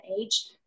age